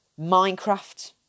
Minecraft